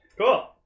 cool